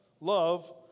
Love